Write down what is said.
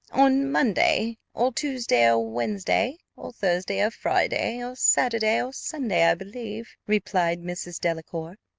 on monday or tuesday or wednesday or thursday or friday or saturday or sunday, i believe, replied mrs. delacour,